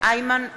איימן עודה,